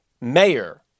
mayor